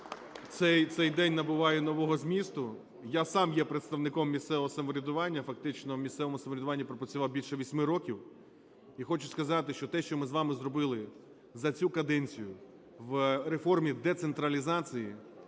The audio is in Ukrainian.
Цей день набуває нового змісту. Я сам є представником місцевого самоврядування, фактично в місцевому самоврядуванні пропрацював більше 8 років. І хочу сказати, що те що ми з вами зробили за цю каденцію в реформі децентралізації,